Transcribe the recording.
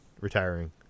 retiring